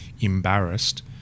embarrassed